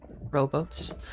rowboats